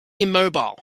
immobile